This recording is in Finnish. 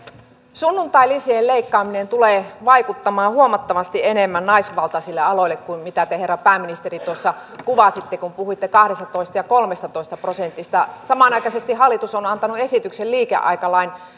sunnuntailisien leikkaaminen tulee vaikuttamaan huomattavasti enemmän naisvaltaisilla aloilla kuin mitä te herra pääministeri tuossa kuvasitte kun puhuitte kahdestatoista ja kolmestatoista prosentista samanaikaisesti hallitus on antanut esityksen liikeaikalain